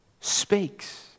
speaks